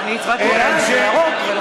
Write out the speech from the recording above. עברו כבר חמש דקות.